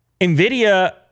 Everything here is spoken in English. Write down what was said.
NVIDIA